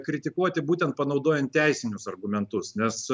kritikuoti būtent panaudojant teisinius argumentus nes